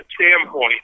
standpoint